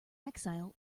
exile